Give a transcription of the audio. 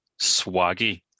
swaggy